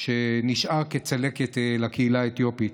שנשאר כצלקת לקהילה האתיופית.